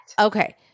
Okay